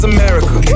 America